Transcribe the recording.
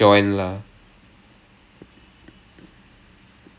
ah ya so he's like okay okay அது பண்றேன்:athu pandraen then I was like